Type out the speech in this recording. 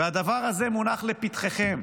והדבר הזה מונח לפתחכם.